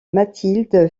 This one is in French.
mathilde